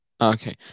Okay